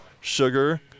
sugar